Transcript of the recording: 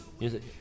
music